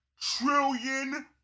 trillion